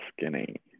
skinny